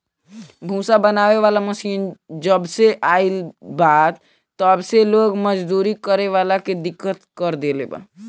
भूसा बनावे वाला मशीन जबसे आईल बा तब से लोग मजदूरी करे वाला के दिक्कत कर देले बा